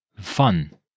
fun